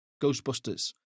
Ghostbusters